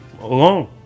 alone